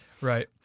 Right